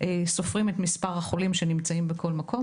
סופרים את מספר החולים שנמצאים בכל מקום,